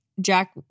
Jack